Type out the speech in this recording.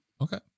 Okay